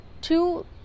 two